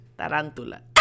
Tarantula